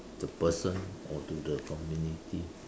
the person or to the community